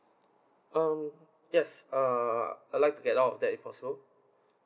um yes uh I like to get out that is possible